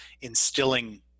instilling